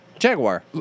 Jaguar